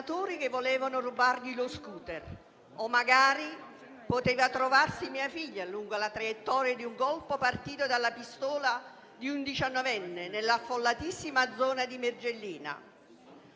che volevano rubargli lo *scooter;* magari poteva essere mia figlia a trovarsi lungo la traiettoria di un colpo partito dalla pistola di un diciannovenne nell'affollatissima zona di Mergellina,